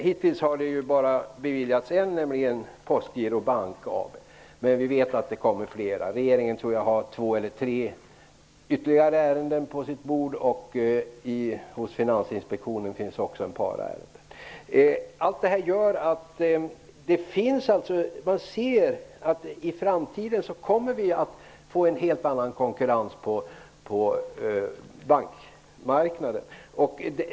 Hittills har det bara beviljats en, nämligen Postgiro Bank AB. Men vi vet att det kommer flera. Jag tror att regeringen har ytterligare två eller tre ärenden på sitt bord. Hos Finansinspektionen finns också ett par ärenden. Allt detta gör att man ser att vi i framtiden kommer att få en helt annan konkurrens på bankmarknaden.